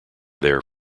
there